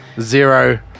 zero